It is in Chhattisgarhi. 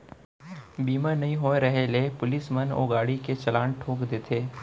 बीमा नइ होय रहें ले पुलिस मन ओ गाड़ी के चलान ठोंक देथे